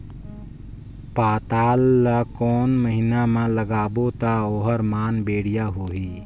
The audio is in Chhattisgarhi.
पातल ला कोन महीना मा लगाबो ता ओहार मान बेडिया होही?